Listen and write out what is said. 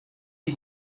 you